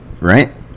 right